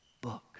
book